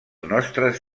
nostres